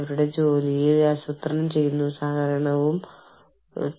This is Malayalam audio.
അതിനാൽ ബിസിനസിന്റെ മറ്റെല്ലാ വശങ്ങൾക്കും ഉയർന്ന മുൻഗണന ലഭിക്കുന്നു